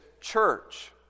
church